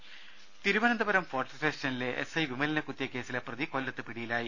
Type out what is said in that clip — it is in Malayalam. ദേഴ തിരുവനന്തപുരം ഫോർട്ട് സ്റ്റേഷനിലെ എസ്ഐ വിമലിനെ കുത്തിയ കേസിലെ പ്രതി കൊല്ലത്ത് പിടിയിലായി